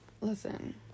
listen